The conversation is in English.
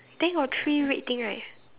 then got three red thing right